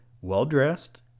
well-dressed